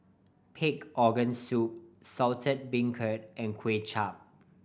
pig organ soup Saltish Beancurd and Kuay Chap